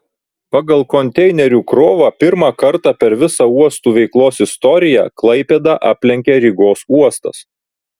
pagal konteinerių krovą pirmą kartą per visa uostų veiklos istoriją klaipėdą aplenkė rygos uostas